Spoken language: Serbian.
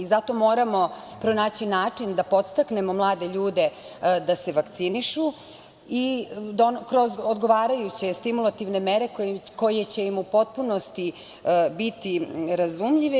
Zato moramo pronaći način da podstaknemo mlade ljude da se vakcinišu, kroz odgovarajuće stimulativne mere koje će im u potpunosti biti razumljive.